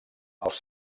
els